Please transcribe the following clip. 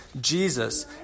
Jesus